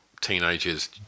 Teenagers